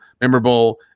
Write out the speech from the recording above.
memorable